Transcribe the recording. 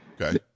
Okay